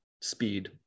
speed